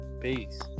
peace